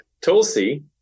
Tulsi